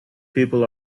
people